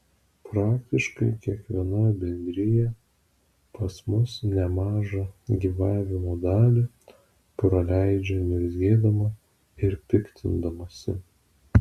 praktiškai kiekviena bendrija pas mus nemažą gyvavimo dalį praleidžia niurzgėdama ir piktindamasi